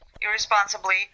irresponsibly